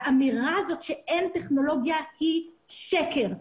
האמירה הזאת שאין טכנולוגיה היא שקר.